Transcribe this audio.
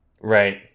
Right